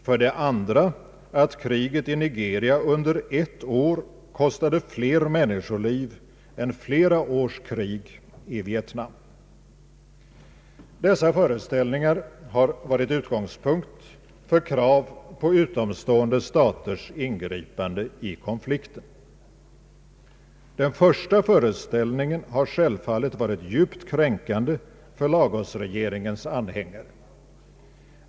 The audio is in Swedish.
För det andra att kriget i Nigeria under ett år kostade flera människoliv än flera års krig i Vietnam. Dessa föreställningar har varit utgångspunkt för krav på utomstående staters ingripande i konflikten. Den första föreställningen har självfallet varit djupt kränkande för Lagosregeringens anhängare.